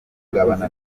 kugabana